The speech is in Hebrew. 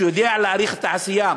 שיודע להעריך את העשייה,